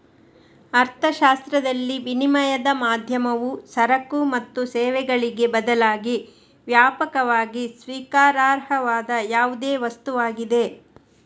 ಅರ್ಥಶಾಸ್ತ್ರದಲ್ಲಿ, ವಿನಿಮಯದ ಮಾಧ್ಯಮವು ಸರಕು ಮತ್ತು ಸೇವೆಗಳಿಗೆ ಬದಲಾಗಿ ವ್ಯಾಪಕವಾಗಿ ಸ್ವೀಕಾರಾರ್ಹವಾದ ಯಾವುದೇ ವಸ್ತುವಾಗಿದೆ